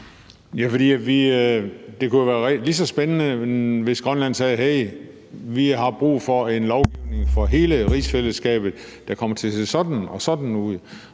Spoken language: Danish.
det kunne jo være lige så spændende, hvis Grønland sagde: Vi har brug for en lovgivning for hele rigsfællesskabet, der kommer til at se sådan og sådan ud.